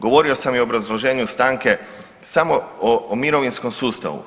Govorio sam i u obrazloženju stanke samo o mirovinskom sustavu.